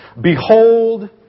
Behold